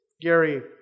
Gary